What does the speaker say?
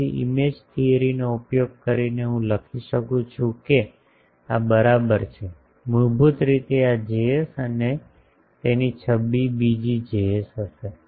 તેથી image theory નો ઉપયોગ કરીને હું લખી શકું છું કે આ બરાબર છે મૂળભૂત રીતે આ Js અને તેની છબી બીજી Js હશે